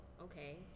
okay